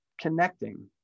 connecting